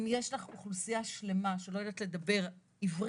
אם יש לך אוכלוסייה גדולה שלא יודעת לדבר עברית,